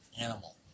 Animal